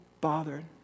Bothered